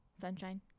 sunshine